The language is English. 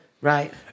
Right